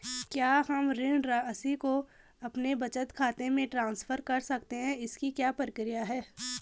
क्या हम ऋण राशि को अपने बचत खाते में ट्रांसफर कर सकते हैं इसकी क्या प्रक्रिया है?